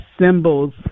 symbols